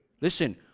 Listen